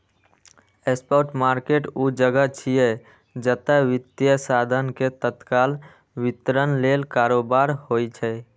spot market ऊ जगह छियै, जतय वित्तीय साधन के तत्काल वितरण लेल कारोबार होइ छै